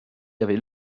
avait